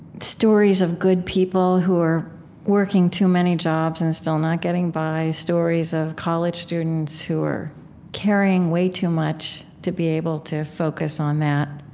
stories of good people who are working too many jobs and still not getting by. stories of college students who are carrying way too much to be able to focus on that.